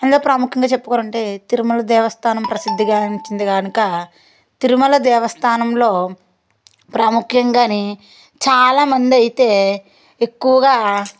అందులో ప్రాముఖ్యంగా చెప్పుకోవాలంటే తిరుమల దేవస్థానం ప్రసిద్ధి గాంచింది కనుక తిరుమల దేవస్థానంలో ప్రాముఖ్యంగానే చాలామంది అయితే ఎక్కువగా